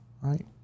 right